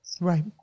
Right